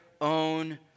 own